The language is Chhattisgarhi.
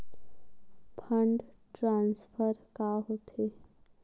फंड ट्रान्सफर का होथे?